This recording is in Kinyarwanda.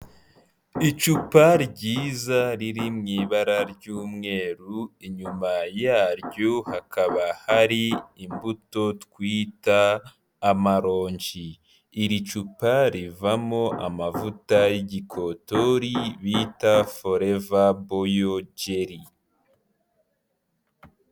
Icupa ryiza riri mu ibara ry'umweru, inyuma yaryo hakaba hari imbuto twita amaronji, iri cupa rivamo amavuta y'igikotori bita foreva boyo jeri.